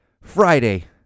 Friday